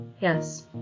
Yes